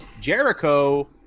Jericho